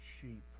sheep